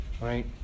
right